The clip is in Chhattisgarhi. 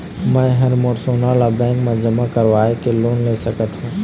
मैं हर मोर सोना ला बैंक म जमा करवाके लोन ले सकत हो?